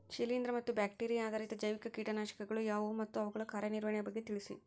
ಶಿಲೇಂದ್ರ ಮತ್ತು ಬ್ಯಾಕ್ಟಿರಿಯಾ ಆಧಾರಿತ ಜೈವಿಕ ಕೇಟನಾಶಕಗಳು ಯಾವುವು ಮತ್ತು ಅವುಗಳ ಕಾರ್ಯನಿರ್ವಹಣೆಯ ಬಗ್ಗೆ ತಿಳಿಸಿ?